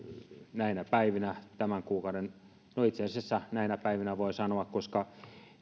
näinä päivinä tämän kuukauden aikana no itse asiassa näinä päivinä voi sanoa koska